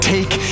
Take